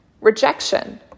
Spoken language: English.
Rejection